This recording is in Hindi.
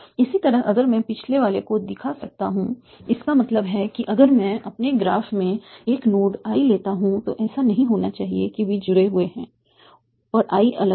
इसी तरह अगर मैं पिछले वाले को दिखा सकता हूं इसका मतलब है कि अगर मैं अपने ग्राफ में एक नोड i लेता हूं तो ऐसा नहीं होना चाहिए कि वे जुड़े हुए हैं और i अलग है